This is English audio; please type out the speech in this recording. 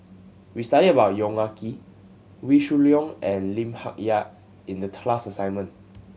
we studied about Yong Ah Kee Wee Shoo Leong and Lim Hak Tai in the class assignment